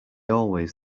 always